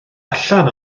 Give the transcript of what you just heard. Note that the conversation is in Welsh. allan